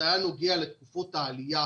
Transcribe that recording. זה היה נוגע לתקופות העלייה